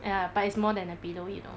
ya but it's more than a pillow you know